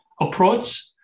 approach